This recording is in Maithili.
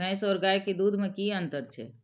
भैस और गाय के दूध में कि अंतर छै?